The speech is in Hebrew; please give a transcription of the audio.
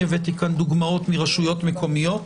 הבאתי דוגמות מרשויות מקומיות,